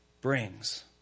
brings